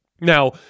Now